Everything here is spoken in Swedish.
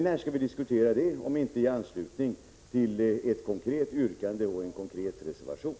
När skall vi diskutera detta om inte i anslutning till ett konkret yrkande och en konkret reservation?